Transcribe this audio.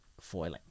foiling